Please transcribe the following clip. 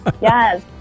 Yes